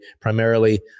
primarily